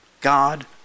God